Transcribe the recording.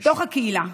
בתוך הקהילה,